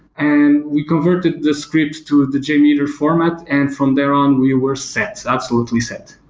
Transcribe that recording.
and we converted the script to the jmeter format, and from there on we were set, absolutely set.